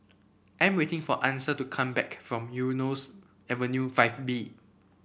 I'm waiting for Ansel to come back from Eunos Avenue Five B